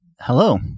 Hello